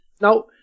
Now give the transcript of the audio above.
Now